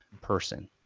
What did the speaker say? person